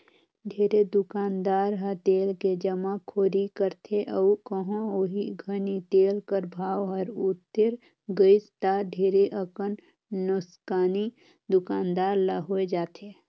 ढेरे दुकानदार ह तेल के जमाखोरी करथे अउ कहों ओही घनी तेल कर भाव हर उतेर गइस ता ढेरे अकन नोसकानी दुकानदार ल होए जाथे